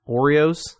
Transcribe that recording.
Oreos